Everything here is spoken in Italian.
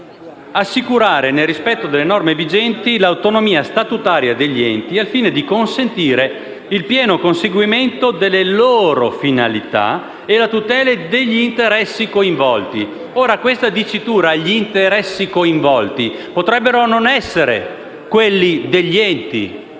«assicurare, nel rispetto delle norme vigenti, l'autonomia statutaria degli enti, al fine di consentire il pieno conseguimento delle loro finalità e la tutela degli interessi coinvolti». Ora, rispetto alla dicitura «interessi coinvolti», potrebbero non essere quelli degli enti,